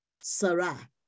Sarah